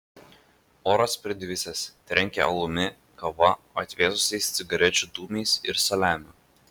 oras pridvisęs trenkė alumi kava atvėsusiais cigarečių dūmais ir saliamiu